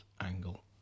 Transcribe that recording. angle